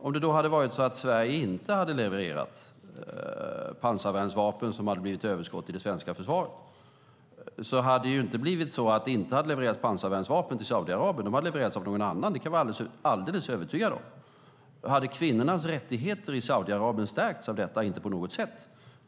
Om Sverige inte hade levererat pansarvärnsvapen som hade blivit överskott i det svenska försvaret hade det inte blivit så att pansarvärnsvapen inte hade levererats till Saudiarabien, utan de hade levererats av någon annan - det kan vi vara alldeles övertygade om. Hade kvinnornas rättigheter i Saudiarabien stärkts av detta? Inte på något sätt!